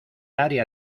área